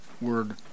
word